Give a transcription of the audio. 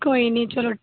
कोई निं चलो